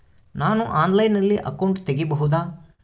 ನಾನು ಆನ್ಲೈನಲ್ಲಿ ಅಕೌಂಟ್ ತೆಗಿಬಹುದಾ?